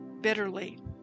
bitterly